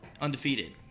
undefeated